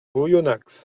oyonnax